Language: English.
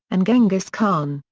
and genghis khan.